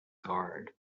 guard